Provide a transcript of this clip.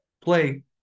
play